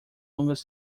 longas